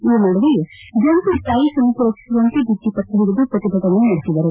ಈ ನಡುವೆಯೇ ಜಂಟಿ ಸ್ವಾಯಿ ಸಮಿತಿ ರಚಿಸುವಂತೆ ಬಿತ್ತಿಪ್ರಕ್ರ ಹಿಡಿದು ಪ್ರತಿಭಟನೆ ನಡೆಸಿದರು